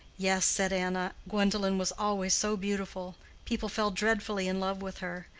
yes, said anna. gwendolen was always so beautiful people fell dreadfully in love with her.